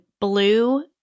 blue